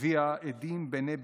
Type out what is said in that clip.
הביאה עדים בני בלייעל.